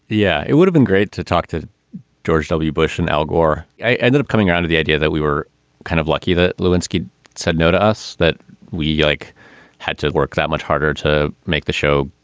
yeah. it would've been great to talk to george w. bush and al gore. i ended up coming out of the idea that we were kind of lucky that lewinsky said no to us, that we like had to work that much harder to make the show,